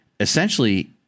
Essentially